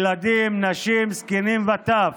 ילדים, נשים, זקנים וטף,